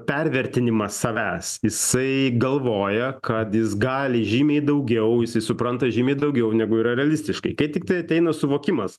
pervertinimas savęs jisai galvoja kad jis gali žymiai daugiau jisai supranta žymiai daugiau negu yra realistiškai kai tiktai ateina suvokimas